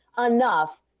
enough